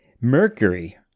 Mercury